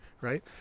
right